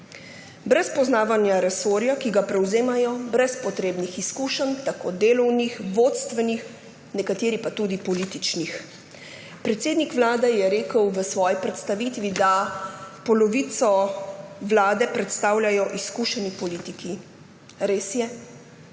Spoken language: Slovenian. Brez poznavanja resorja, ki ga prevzemajo, brez potrebnih izkušenj, delovnih, vodstvenih, nekateri pa tudi političnih. Predsednik Vlade je rekel v svoji predstavitvi, da polovico vlade predstavljajo izkušeni politiki. Res je.